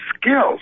skills